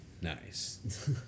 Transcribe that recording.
Nice